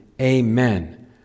amen